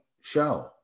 show